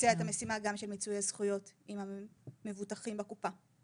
לבצע את המשימה גם של מיצוי הזכויות עם המבוטחים בקופה.